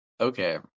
okay